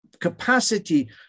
capacity